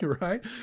right